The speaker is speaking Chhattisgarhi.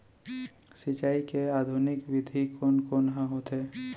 सिंचाई के आधुनिक विधि कोन कोन ह होथे?